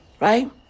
Right